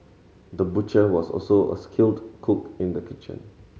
the butcher was also a skilled cook in the kitchen